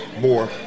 more